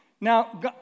now